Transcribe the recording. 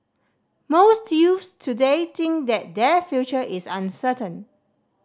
most youths today think that their future is uncertain